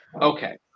Okay